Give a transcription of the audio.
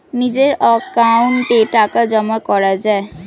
নিজের অ্যাকাউন্টে টাকা জমা করা যায়